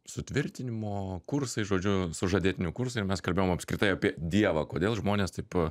sutvirtinimo kursai žodžiu sužadėtinių kursai ir mes kalbėjom apskritai apie dievą kodėl žmonės taip